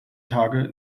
tage